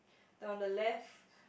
then on the left